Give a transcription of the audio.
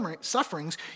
sufferings